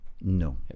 no